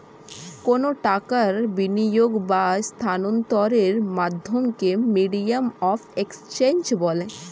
কোনো টাকার বিনিয়োগ বা স্থানান্তরের মাধ্যমকে মিডিয়াম অফ এক্সচেঞ্জ বলে